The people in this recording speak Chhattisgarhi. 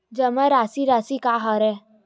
जमा राशि राशि का हरय?